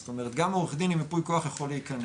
זאת אומרת גם עורך דין עם ייפוי כוח יכול להיכנס.